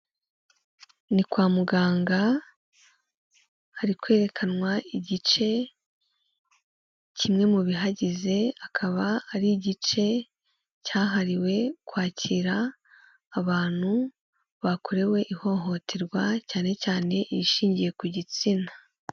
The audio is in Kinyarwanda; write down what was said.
Ni kwa muganga, hari kwerekanwa igice kimwe mu bihagize, akaba ari igice cyahariwe kwakira abantu bakorewe ihohoterwa, cyane cyane irishingiye ku gitsina.